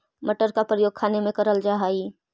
मटर का प्रयोग खाने में करल जा हई